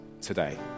today